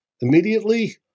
immediately